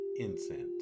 incense